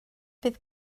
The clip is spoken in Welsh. bydd